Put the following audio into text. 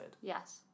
Yes